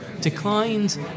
declined